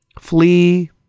flee